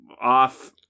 off